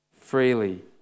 Freely